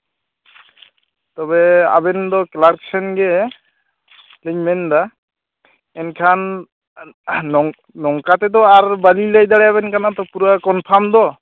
ᱛᱚᱵᱮ ᱟᱵᱮᱱ ᱫᱚ ᱠᱞᱟᱨᱠ ᱥᱮᱱ ᱜᱮ ᱞᱤᱧ ᱢᱮᱱᱫᱟ ᱮᱱᱠᱷᱟᱱ ᱱᱚᱝᱠᱟ ᱛᱮᱫᱚ ᱟᱨ ᱵᱟᱞᱤᱧ ᱞᱟᱹᱭ ᱫᱟᱲᱮᱭᱟᱵᱮᱱ ᱠᱟᱱᱟ ᱛᱚ ᱯᱩᱨᱟᱹ ᱠᱚᱱᱯᱷᱟᱨᱢ ᱫᱚ